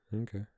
okay